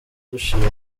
dushima